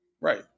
Right